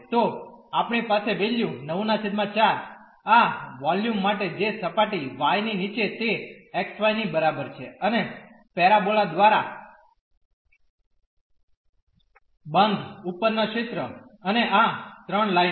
તો આપણી પાસે વેલ્યુ 94 આ વોલ્યુમ માટે જે સપાટી y ની નીચે તે xy ની બરાબર છે અને પેરાબોલા દ્વારા બંધ ઉપરના ક્ષેત્ર અને આ ત્રણ લાઇનો